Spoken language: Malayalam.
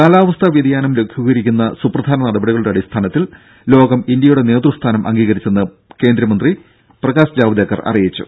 ദേദ കാലാവസ്ഥാ വ്യതിയാനം ലഘൂകരിക്കുന്ന സുപ്രധാന നടപടികളുടെ അടിസ്ഥാനത്തിൽ ലോകം ഇന്ത്യയുടെ നേതൃസ്ഥാനം അംഗീകരിച്ചെന്ന് കേന്ദ്രമന്ത്രി പ്രകാശ് ജാവദേക്കർ അറിയിച്ചു